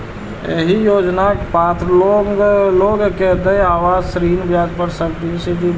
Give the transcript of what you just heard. एहि योजनाक पात्र लोग कें देय आवास ऋण ब्याज पर सब्सिडी भेटै छै